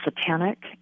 satanic